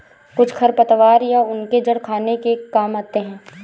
कुछ खरपतवार या उनके जड़ खाने के काम आते हैं